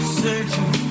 searching